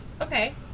Okay